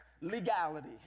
legality